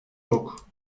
yok